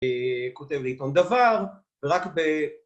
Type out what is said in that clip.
כותב לעיתון דבר, רק ב...